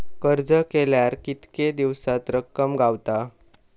अर्ज केल्यार कीतके दिवसात रक्कम गावता?